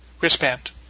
wristband